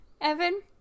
evan